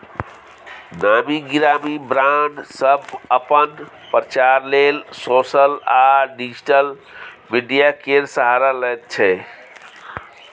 नामी गिरामी ब्राँड सब अपन प्रचार लेल सोशल आ डिजिटल मीडिया केर सहारा लैत छै